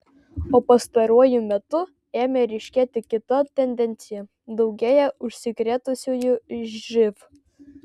o pastaruoju metu ėmė ryškėti kita tendencija daugėja užsikrėtusiųjų živ